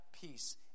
peace